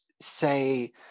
say